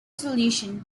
solution